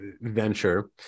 venture